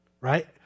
right